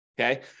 okay